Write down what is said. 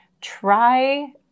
try